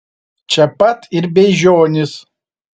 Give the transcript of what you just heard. čia pat ir beižionys